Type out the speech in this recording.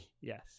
Yes